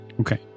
okay